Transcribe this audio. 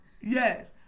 Yes